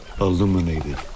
illuminated